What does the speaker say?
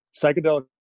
psychedelic